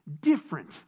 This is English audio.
Different